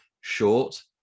short